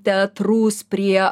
teatrus prie